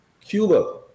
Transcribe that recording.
Cuba